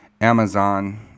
Amazon